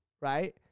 right